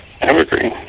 Evergreen